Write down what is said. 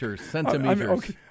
centimeters